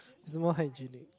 it's more hygienic